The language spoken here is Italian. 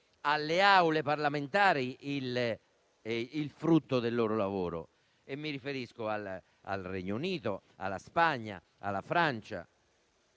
alle Assemblee parlamentari il frutto del loro lavoro: mi riferisco al Regno Unito, alla Spagna, alla Francia.